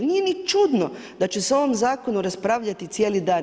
Nije ni čudno da će se u ovom zakonu raspravljati cijeli dan.